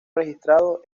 registrado